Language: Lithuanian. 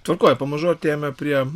tvarkoj pamažu artėjame prie